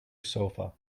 sofa